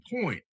point